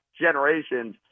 generations